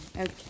Okay